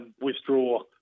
Withdraw